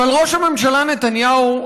אבל ראש הממשלה נתניהו,